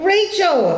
Rachel